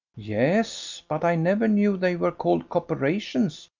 yes but i never knew they were called copperations,